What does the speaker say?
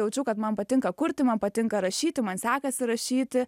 jaučiau kad man patinka kurti man patinka rašyti man sekasi rašyti